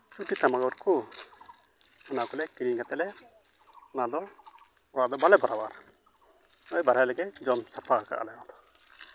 ᱪᱩᱴᱤ ᱛᱷᱟᱢᱟᱠᱩᱨ ᱠᱚ ᱚᱱᱟ ᱠᱚᱞᱮ ᱠᱤᱨᱤᱧ ᱠᱟᱛᱮᱫ ᱞᱮ ᱚᱱᱟ ᱫᱚ ᱚᱲᱟᱜ ᱫᱚ ᱵᱟᱞᱮ ᱵᱷᱚᱨᱟᱣᱟ ᱳᱭ ᱵᱟᱦᱨᱮ ᱨᱮᱜᱮ ᱡᱚᱢ ᱥᱟᱯᱷᱟ ᱠᱟᱜᱼᱟ ᱞᱮ ᱚᱱᱟ ᱫᱚ